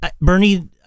Bernie